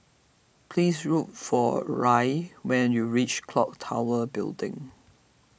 please look for Rae when you reach Clock Tower Building